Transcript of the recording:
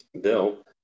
Bill